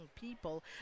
people